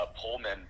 Pullman